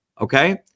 Okay